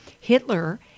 Hitler